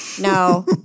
no